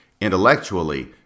intellectually